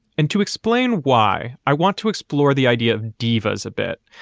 and to explain why, i want to explore the idea of divas a bit.